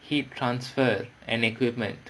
heat transfer and equipment